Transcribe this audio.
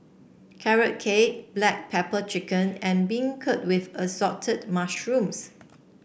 Carrot Cake Black Pepper Chicken and beancurd with Assorted Mushrooms